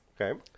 Okay